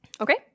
Okay